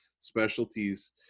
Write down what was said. specialties